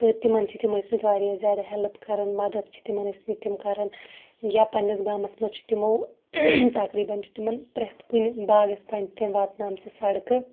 تہٕ تِمَن چھِ تِم ٲسمٕتۍ واریاہ زیادٕ ہیٚلٕپ کَران مَدَد چھِ تِمَن ٲسمٕتۍ تِم کَران یا پَننِس گامَس مَنٛز چھِ تِمو تَقریباً چھِ تِمَن پرٛتھ کُنہِ باغَس تانۍ چھِ تمۍ واتنٲم ژٕ سَڑکہٕ